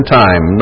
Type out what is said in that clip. time